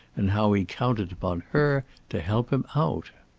and how he counted upon her to help him out.